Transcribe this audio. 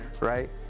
right